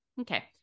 Okay